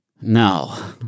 No